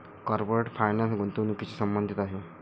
corporate finance गुंतवणुकीशी संबंधित आहे